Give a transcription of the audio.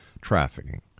trafficking